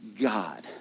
God